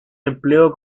empleo